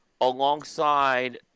alongside